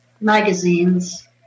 magazines